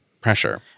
pressure